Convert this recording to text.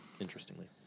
interestingly